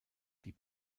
die